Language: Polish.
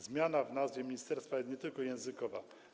Zmiana w nazwie ministerstwa jest nie tylko językowa.